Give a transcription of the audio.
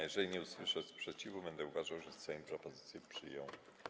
Jeżeli nie usłyszę sprzeciwu, będę uważał, że Sejm propozycję przyjął.